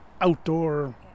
outdoor